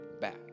back